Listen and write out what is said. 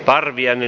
parviainen